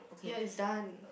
ya it's done